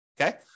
Okay